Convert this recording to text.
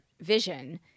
vision